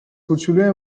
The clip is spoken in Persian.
کوچلوی